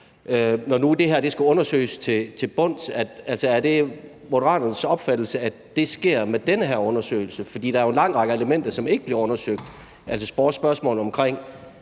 høre Moderaternes ordfører, om det er Moderaternes opfattelse, at det sker med den her undersøgelse. For der er jo en lang række elementer, som ikke bliver undersøgt,